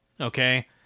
okay